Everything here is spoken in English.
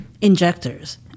injectors